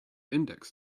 index